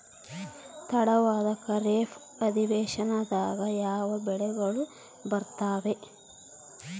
ತಡವಾದ ಖಾರೇಫ್ ಅಧಿವೇಶನದಾಗ ಯಾವ ಬೆಳೆಗಳು ಬರ್ತಾವೆ?